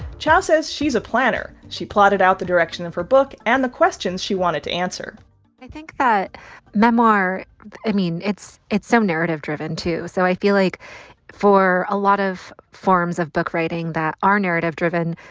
chow says she's a planner. she plotted out the direction of her book and the questions she wanted to answer i think that memoir i mean, it's it's so um narrative-driven, too. so i feel like for a lot of forms of book writing that are narrative-driven,